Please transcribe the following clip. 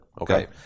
Okay